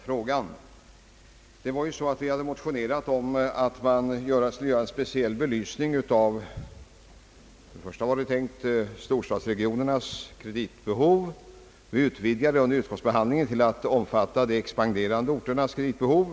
Förra året förelåg motioner om att det borde göras en speciell belysning av i första hand storstadsregionernas kreditbehov. Under utskottsbehandling en utvidgades ärendet till att omfatta de expanderande orternas kreditbehov.